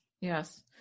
Yes